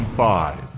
five